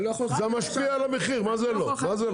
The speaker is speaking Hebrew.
זה משפיע על המחיר, מה זה לא?